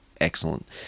Excellent